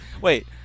wait